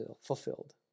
fulfilled